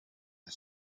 the